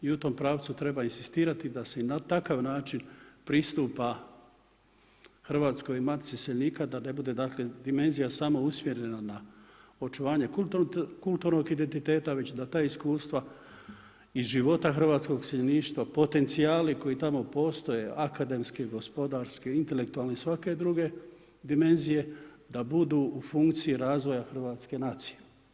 I u tom pravcu treba inzistirati da se i na takav način pristupa Hrvatskoj matici iseljenika da ne bude dakle dimenzija samo usmjerena na očuvanje kulturnog identiteta, već da ta iskustva iz života hrvatskog iseljeništva, potencijali koji tamo postoje akademske, gospodarske, intelektualne i svake druge dimenzije da budu u funkciji razvoja hrvatske nacije.